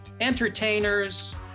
entertainers